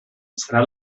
serà